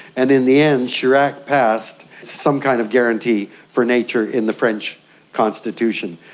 and in the end chirac passed some kind of guarantee for nature in the french constitution.